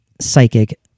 psychic